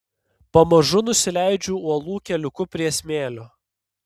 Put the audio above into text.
pamažu nusileidžiu uolų keliuku prie smėlio